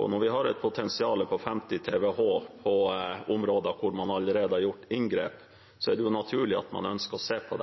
og når vi har et potensial på 50 TWh på områder hvor man allerede har gjort inngrep, er det naturlig at man ønsker å se på